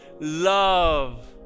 love